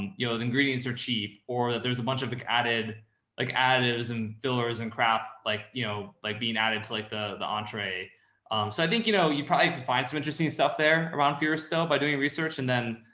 you know, the ingredients are cheap or that there's a bunch of added like additives and fillers and crap, like, you know, like being added to like the, the entree. so i think, you know, you probably could find some interesting stuff there around for yourself by doing research and then,